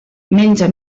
menja